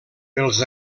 els